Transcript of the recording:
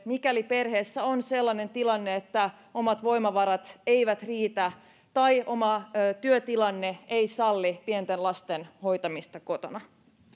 mikäli perheessä on sellainen tilanne että omat voimavarat eivät riitä tai oma työtilanne ei salli pienten lasten hoitamista kotona